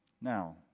Now